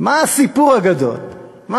מה הסיפור הגדול?